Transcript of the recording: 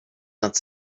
nad